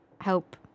help